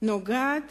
נוגעת